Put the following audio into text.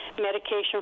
medication